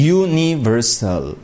universal